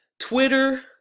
Twitter